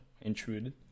intruded